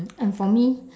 and for me